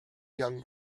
young